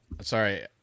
sorry